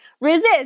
resist